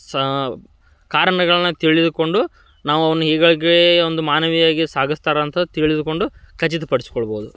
ಸಾ ಕಾರಣಗಳನ್ನ ತಿಳಿದುಕೊಂಡು ನಾವು ಅವ್ನ ಹೀಗಾಗಿ ಒಂದು ಮಾನವೀಯ್ವಾಗಿ ಸಾಗಿಸ್ತಾರೆ ಅಂತ ತಿಳಿದುಕೊಂಡು ಖಚಿತ ಪಡಿಸ್ಕೊಳ್ಬೋದು